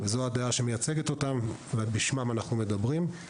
זאת הדעה שמייצגת אותם ובשמם אנחנו מדברים.